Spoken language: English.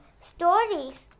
stories